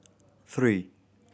three